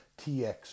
TX